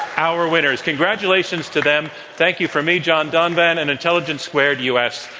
our winners. congratulations to them. thank you from me, john donvan, and intelligence squared u. s.